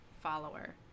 follower